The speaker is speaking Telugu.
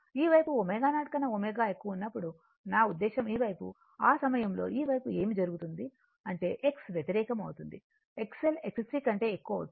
ఈ వైపు ω0 కన్నా ω ఎక్కువ ఉన్నప్పుడు నా ఉద్దేశం ఆ సమయంలో ఈ వైపు ఏమి జరుగుతుంది అంటే X వ్యతిరేకం అవుతుంది XL XC కంటే ఎక్కువ అవుతుంది